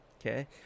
okay